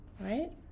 right